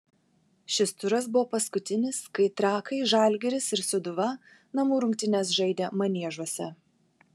šis turas buvo paskutinis kai trakai žalgiris ir sūduva namų rungtynes žaidė maniežuose